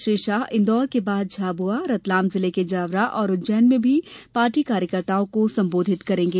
श्री शाह इंदौर के बाद झाबुआ रतलाम जिले के जावरा और उज्जैन मे भी पार्टी कार्यकर्ताओं को संबोधित करेंगे